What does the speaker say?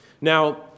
Now